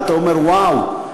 ואתה אומר: וואו,